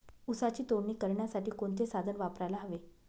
ऊसाची तोडणी करण्यासाठी कोणते साधन वापरायला हवे?